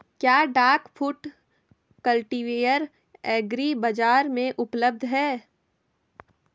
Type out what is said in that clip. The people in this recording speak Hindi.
क्या डाक फुट कल्टीवेटर एग्री बाज़ार में उपलब्ध है?